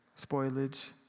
spoilage